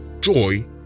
joy